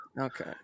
Okay